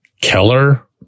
Keller